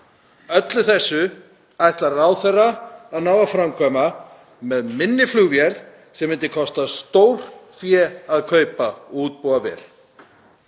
Allt þetta ætlar ráðherra að ná að framkvæma með minni flugvél sem myndi kosta stórfé að kaupa og útbúa vel.